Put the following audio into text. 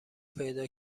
پیدا